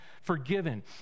Forgiven